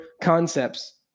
concepts